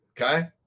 okay